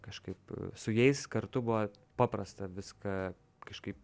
kažkaip su jais kartu buvo paprasta viską kažkaip